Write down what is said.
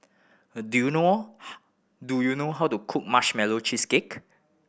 do you know do you know how to cook Marshmallow Cheesecake